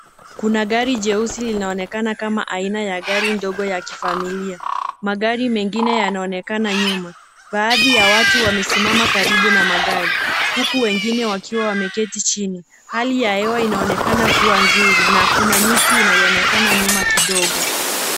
Kuna gari jeusi linaonekana kama aina ya gari ndogo ya kifamilia. Magari mengine yanaonekana nyuma. Baadhi ya watu wamesimama karibu na magari, huku wengine wakiwa wameketi chini. Hali ya hewa inaonekana kuwa nzuri na kuna miti inayoonekana nyuma kidogo.